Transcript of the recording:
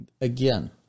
Again